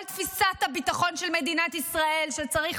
כל תפיסת הביטחון של מדינת ישראל שצריך